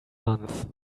month